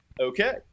okay